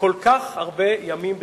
כל כך הרבה ימים ברציפות.